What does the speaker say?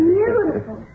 Beautiful